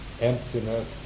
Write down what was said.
emptiness